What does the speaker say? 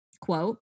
quote